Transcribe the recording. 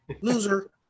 loser